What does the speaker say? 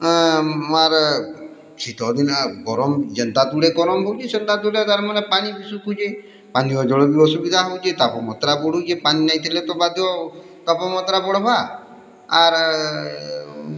ଆର୍ ଶିତଦିନେ ଗରମ୍ ଯେନ୍ତା ତୁଡେ ଗରମ୍ ହଉଛେ ସେନ୍ତା ତୁଡେ ପାନି ବି ସୁଖୁ ଶୁଖୁଚେ ପାନୀୟଜଳ ବି ଅସୁବିଧା ହଉଚେ ତାପମାତ୍ରା ବି ବଢ଼ୁଚେ ପାନି ନାଇଁଥିଲେ ତ ବାଧ୍ୟ ଆଉ ତାପମାତ୍ରା ବଢ଼୍ବା ଆର୍